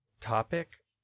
topic